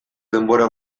denbora